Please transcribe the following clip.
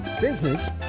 business